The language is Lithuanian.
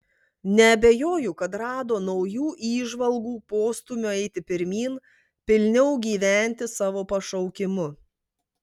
neabejoju kad rado naujų įžvalgų postūmio eiti pirmyn pilniau gyventi savo pašaukimu